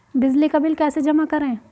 बिजली का बिल कैसे जमा करें?